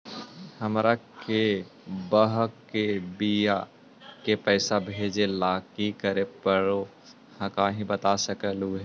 हमार के बह्र के बियाह के पैसा भेजे ला की करे परो हकाई बता सकलुहा?